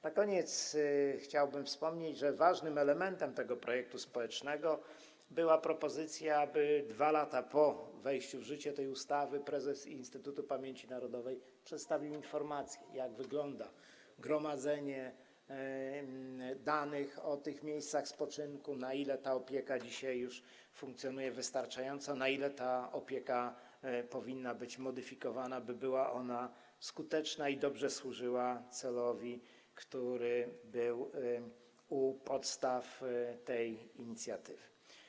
Na koniec chciałbym wspomnieć, że ważnym elementem projektu społecznego była propozycja, aby 2 lata po wejściu w życie tej ustawy prezes Instytutu Pamięci Narodowej przedstawił informację, jak wygląda gromadzenie danych o tych miejscach spoczynku, na ile ta opieka dzisiaj już funkcjonuje wystarczająco, a na ile powinna być modyfikowana, by była skuteczna i dobrze służyła celowi, który legł u podstaw tej inicjatywy.